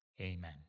amen